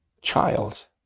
child